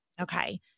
Okay